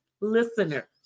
listener